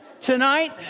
Tonight